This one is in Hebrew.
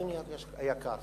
אדוני היקר,